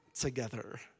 together